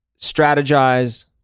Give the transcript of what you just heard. strategize